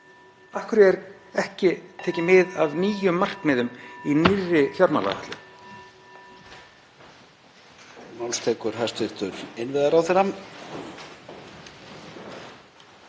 hverju er ekki tekið mið af nýjum markmiðum í nýrri fjármálaáætlun?